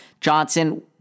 Johnson